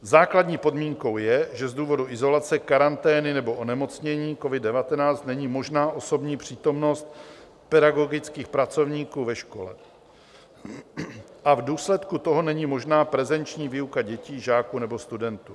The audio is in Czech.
Základní podmínkou je, že z důvodu izolace, karantény nebo onemocnění covid19 není možná osobní přítomnost pedagogických pracovníků ve škole, a v důsledku toho není možná prezenční výuka dětí, žáků nebo studentů.